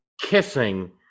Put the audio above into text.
kissing